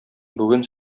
бүген